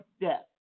death